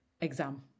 exam